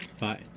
Bye